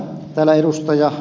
täällä ed